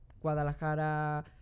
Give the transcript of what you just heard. Guadalajara